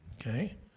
okay